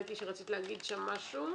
ראיתי שרצית להגיד שם משהו.